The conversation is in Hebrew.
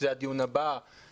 שזה הדיון הבא,